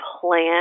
plan